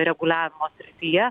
reguliavimo srityje